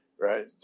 right